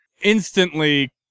instantly